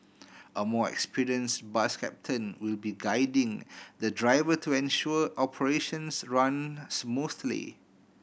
a more experienced bus captain will be guiding the driver to ensure operations run smoothly